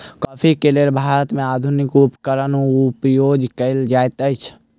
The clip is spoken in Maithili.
कॉफ़ी के लेल भारत में आधुनिक उपकरण उपयोग कएल जाइत अछि